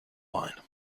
line